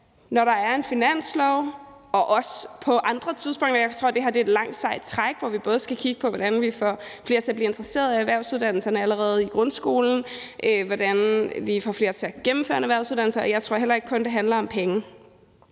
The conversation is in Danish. når der er en finanslov, og også på andre tidspunkter, for jeg tror, at det her er et langt, sejt træk, hvor vi både skal kigge på, hvordan vi får flere til at blive interesseret i erhvervsuddannelserne allerede i grundskolen, og hvordan vi får flere til at gennemføre en erhvervsuddannelse, og jeg tror heller ikke, at det kun handler om penge.